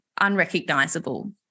unrecognizable